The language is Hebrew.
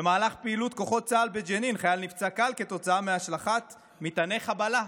במהלך פעילות כוחות צה"ל בג'נין חייל נפצע קל כתוצאה מהשלכת מטעני חבלה,